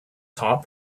taught